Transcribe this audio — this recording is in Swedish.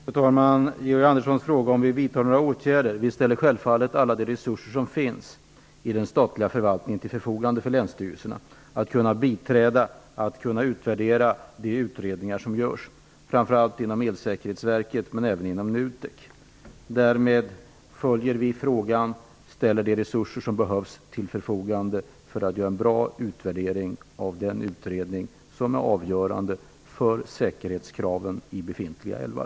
Fru talman! Georg Andersson frågar om regeringen vidtar några åtgärder. Vi ställer självfallet alla de resurser som finns i den statliga förvaltningen till förfogande för länsstyrelserna för att kunna biträda vid och kunna utvärdera de utredningar som görs. Det gäller framför allt Vi följer därmed frågan och ställer de resurser som behövs till förfogande för att göra en bra utvärdering av den utredning som är avgörande för säkerhetskraven beträffande aktuella älvar.